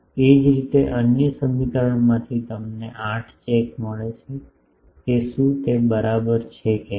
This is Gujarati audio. એ જ રીતે અન્ય સમીકરણમાંથી તમને 8 ચેક મળે છે કે શું તે બરાબર છે કે નહીં